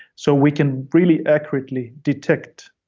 so we can really accurately detect